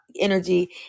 energy